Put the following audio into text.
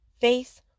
face